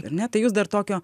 ar ne tai jūs dar tokio